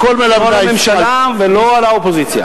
לא על הממשלה ולא על האופוזיציה.